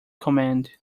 command